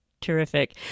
Terrific